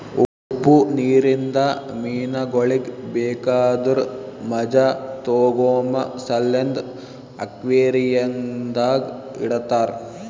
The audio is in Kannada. ಉಪ್ಪು ನೀರಿಂದ ಮೀನಗೊಳಿಗ್ ಬೇಕಾದುರ್ ಮಜಾ ತೋಗೋಮ ಸಲೆಂದ್ ಅಕ್ವೇರಿಯಂದಾಗ್ ಇಡತಾರ್